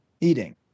eating